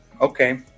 okay